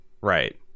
right